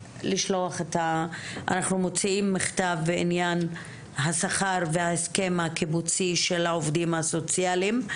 אנחנו מוציאים מכתב בעניין השכר וההסכם הקיבוצי של העובדים הסוציאליים.